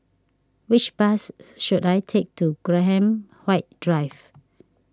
which bus should I take to Graham White Drive